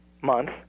month